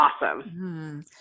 awesome